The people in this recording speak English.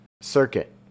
Circuit